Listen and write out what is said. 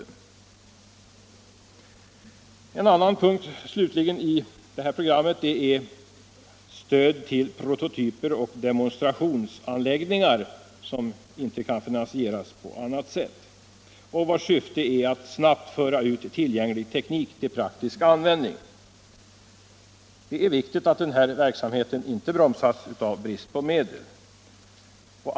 En ytterligare punkt i programmet gäller slutligen stöd till prototyper och demonstrationsanläggningar, som inte kan finansieras på annat sätt och vilkas syfte är att snabbt föra ut tillgänglig teknik till praktisk användning. Det är viktigt att denna verksamhet inte bromsas av brist på medel.